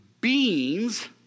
beings